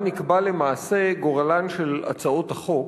שבה נקבע למעשה גורלן של הצעות החוק,